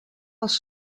els